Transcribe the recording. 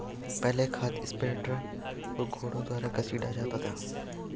पहले खाद स्प्रेडर को घोड़ों द्वारा घसीटा जाता था